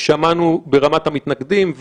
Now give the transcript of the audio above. שמענו ברמת המתנגדים.